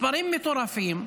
מספרים מטורפים.